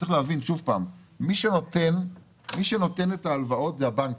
צריך להבין, שוב, מי שנותן את ההלוואות זה הבנקים.